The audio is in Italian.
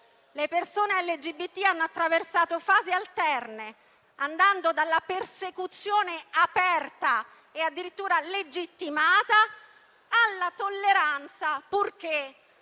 Le persone LGBT hanno attraversato fasi alterne, andando dalla persecuzione aperta e addirittura legittimata, alla tolleranza, purché